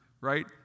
right